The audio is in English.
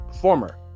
Former